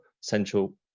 central